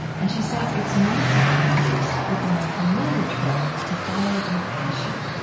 and, she says, it's not to be confused with the more familiar trope, to follow your passion.